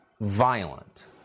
violent